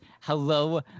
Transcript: Hello